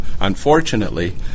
Unfortunately